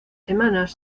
semanas